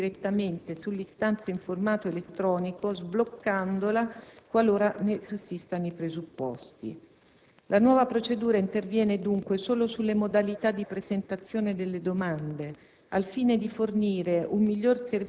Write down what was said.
In ogni caso, la questura può intervenire direttamente sull'istanza in formato elettronico sbloccandola, qualora ne sussistano i presupposti. La nuova procedura interviene, dunque, solo sulle modalità di presentazione delle domande,